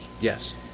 Yes